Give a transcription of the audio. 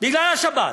בגלל השבת.